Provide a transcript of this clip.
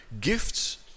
gifts